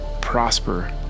prosper